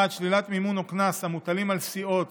1. שלילת מימון או קנס המוטלים על סיעות